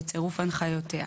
בצירוף הנחיותיה.